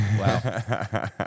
wow